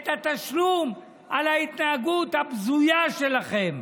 את התשלום על ההתנהגות הבזויה שלכם.